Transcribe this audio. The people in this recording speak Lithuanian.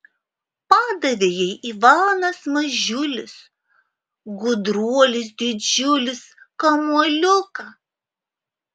padavė jai ivanas mažiulis gudruolis didžiulis kamuoliuką